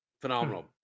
phenomenal